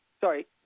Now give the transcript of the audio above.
sorry